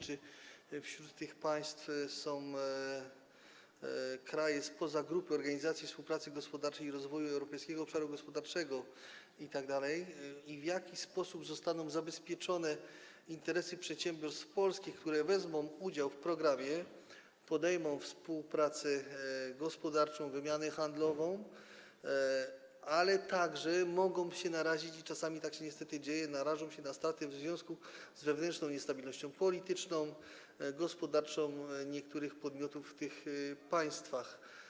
Czy wśród tych państw są kraje spoza Organizacji Współpracy Gospodarczej i Rozwoju i Europejskiego Obszaru Gospodarczego itd. i w jaki sposób zostaną zabezpieczone interesy przedsiębiorstw polskich, które wezmą udział w programie, podejmą współpracę gospodarczą, wymianę handlową, ale także mogą się narazić, i czasami tak się niestety dzieje, na straty w związku z wewnętrzną niestabilnością polityczną, gospodarczą niektórych podmiotów w tych państwach?